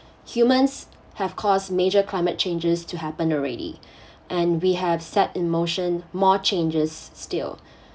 humans have caused major climate changes to happen already and we have set in motion more changes still